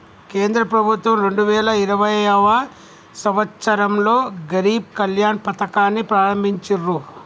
కేంద్ర ప్రభుత్వం రెండు వేల ఇరవైయవ సంవచ్చరంలో గరీబ్ కళ్యాణ్ పథకాన్ని ప్రారంభించిర్రు